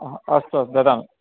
अस्तु अस्तु ददामि